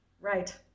Right